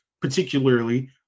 particularly